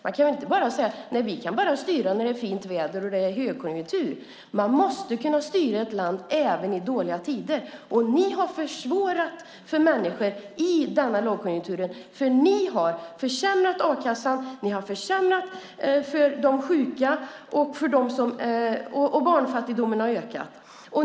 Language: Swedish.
Man kan inte säga att man bara kan styra när det är fint väder och högkonjunktur. Man måste kunna styra ett land även i dåliga tider, men ni har försvårat för människor i denna lågkonjunktur. Ni har försämrat a-kassan, ni har försämrat för de sjuka och barnfattigdomen har ökat.